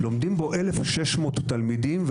לומדים בו 1,600 תלמידים,